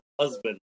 husband